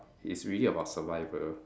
it's really about survivor